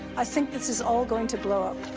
i think this is all going to blow up.